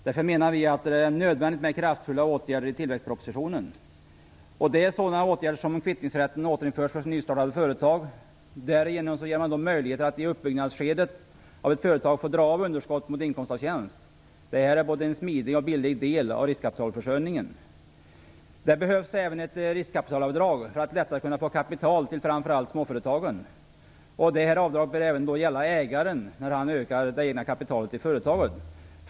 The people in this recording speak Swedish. Därför menar vi att det är nödvändigt med kraftfulla åtgärder i tillväxtpropositionen. Det är sådana åtgärder om att kvittningsrätten återinförs för nystartade företag. Därigenom ges möjligheter att i uppbyggnadsskedet av ett företag få dra av underskott mot inkomst av tjänst. Detta är en smidig och billig del av riskkapitalförsörjningen. Det behövs även ett riskkapitalavdrag för att lättare kunna få kapital till framför allt småföretagen. Detta avdrag bör även gälla ägaren när han ökar det egna kapitalet i företaget.